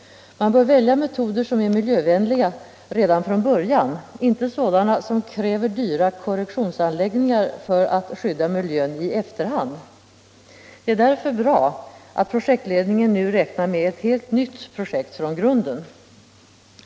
Man bör välja metoder som är miljövänliga redan från början, inte sådana som kräver dyra korrektionsanläggningar för att skydda miljön i efterhand. Det är därför bra att projektledningen nu räknar med ett helt nytt projekt från grunden.